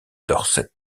dorset